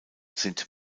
sind